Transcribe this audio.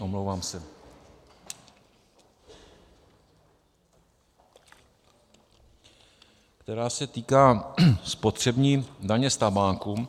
Omlouvám se která se týká spotřební daně z tabáku.